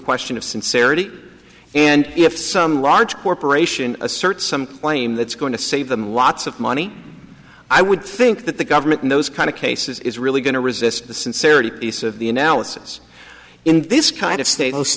question of sincerity and if some large corporation asserts some claim that's going to save them lots of money i would think that the government in those kind of case is really going to resist the sincerity piece of the analysis in this kind of st